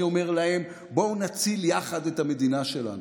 ואני אומר להם: בואו נציל יחד את המדינה שלנו.